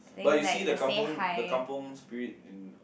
but you see the kampung the kampung spirit in